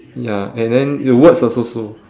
ya and then the words also so